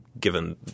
given